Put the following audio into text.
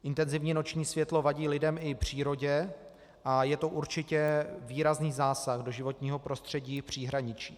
Intenzivní noční světlo vadí lidem i přírodě a je to určitě výrazný zásah do životního prostředí v příhraničí.